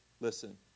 listen